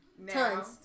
tons